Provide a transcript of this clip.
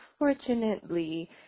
unfortunately